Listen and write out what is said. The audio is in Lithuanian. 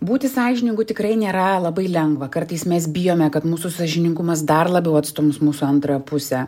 būti sąžiningu tikrai nėra labai lengva kartais mes bijome kad mūsų sąžiningumas dar labiau atstums mūsų antrąją pusę